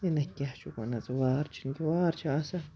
ہے نہَ کیٚاہ چھُکھ وَنان ژٕ وار چھُنہٕ کیٚنہہ وار چھُ آسان